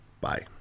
Bye